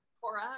Cora